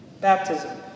Baptism